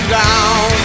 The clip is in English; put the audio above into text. down